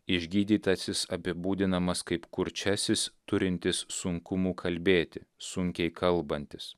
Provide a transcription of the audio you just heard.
išgydytasis apibūdinamas kaip kurčiasis turintis sunkumų kalbėti sunkiai kalbantis